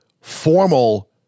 formal